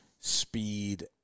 speed